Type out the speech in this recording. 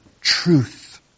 truth